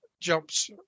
jumps